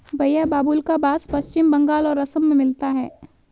भईया बाबुल्का बास पश्चिम बंगाल और असम में मिलता है